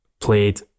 played